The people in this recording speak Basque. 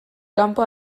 kanpo